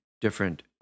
different